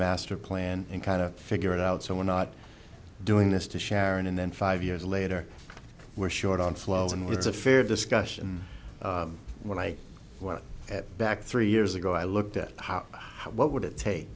master plan and kind of figure it out so we're not doing this to sharon and then five years later we're short on flows and with a fair discussion when i went back three years ago i looked at how what would it take